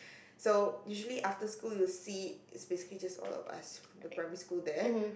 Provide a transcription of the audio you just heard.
so usually after school you'll see basically just all of us the primary school there